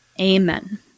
Amen